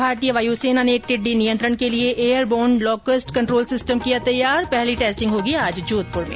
भारतीय वायु सेना ने टिड्डी नियंत्रण के लिए एयरबोर्न लॉकस्ट कंट्रोल सिस्टम किया तैयार पहली टेस्टिंग होगी आज जोधपुर में